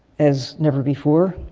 as never before,